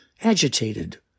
agitated